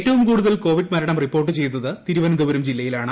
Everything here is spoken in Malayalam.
ഏറ്റവും കൂടുതൽ കോവിഡ് മരണം റിപ്പോർട്ട് ചെയ്തത് തിരുവനന്തപുരം ജില്ലയിലാണ്